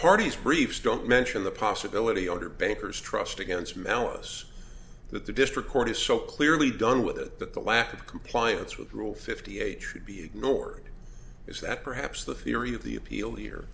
don't mention the possibility under bankers trust against malice that the district court is so clearly done with it that the lack of compliance with rule fifty eight should be ignored is that perhaps the theory of the appeal here